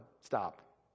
stop